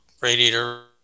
radiator